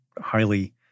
highly